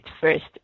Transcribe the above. first